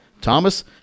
Thomas